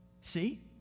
See